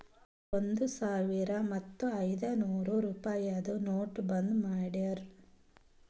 ಒಂದ್ ಸಾವಿರ ಮತ್ತ ಐಯ್ದನೂರ್ ರುಪಾಯಿದು ನೋಟ್ ಬಂದ್ ಮಾಡಿರೂ